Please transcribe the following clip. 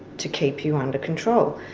to keep you under control.